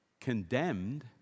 condemned